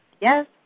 Yes